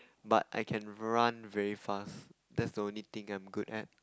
but I can run very fast that's the only thing I'm good at